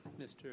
Mr